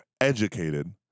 educated